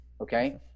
Okay